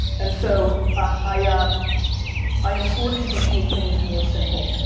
and so i ah um i implore people to make things more simple.